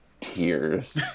tears